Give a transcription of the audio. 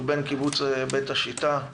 הוא בן קיבוץ בית השיטה.